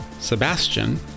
Sebastian